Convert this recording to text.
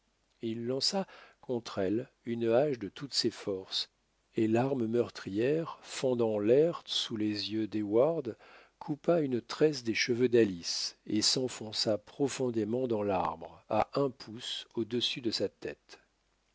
il lança contre elle une hache de toutes ses forces et l'arme meurtrière fondant l'air sous les yeux d'heyward coupa une tresse des cheveux d'alice et s'enfonça profondément dans l'arbre à un pouce au-dessus de sa tête